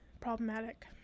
problematic